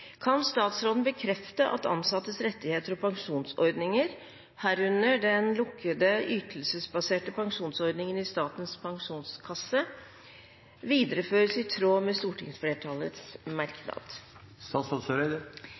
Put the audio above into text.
Kan statsråden bekrefte at ansattes rettigheter og pensjonsordninger, herunder den lukkede ytelsesbaserte pensjonsordningen i Statens pensjonskasse, videreføres i tråd med stortingsflertallets